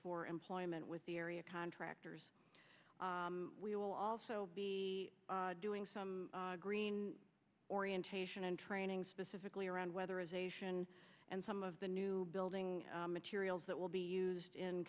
for employment with the area contractors we will also be doing some green orientation and training specifically around weather ization and some of the new building materials that will be used in